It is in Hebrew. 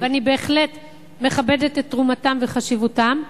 ואני בהחלט מכבדת את תרומתם וחשיבותם,